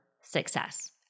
success